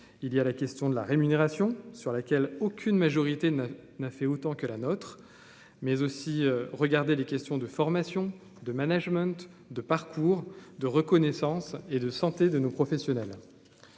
il y a la question de la rémunération sur laquelle aucune majorité n'a, n'a fait autant que la nôtre mais aussi regarder les questions de formation de management de parcours de reconnaissance et de santé de nos professionnels